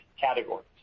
categories